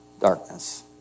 darkness